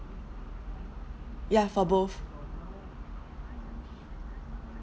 ya for both